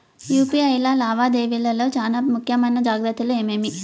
UPI లావాదేవీల లో చానా ముఖ్యమైన జాగ్రత్తలు ఏమేమి?